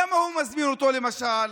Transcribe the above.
למה הוא הזמין אותו, למשל?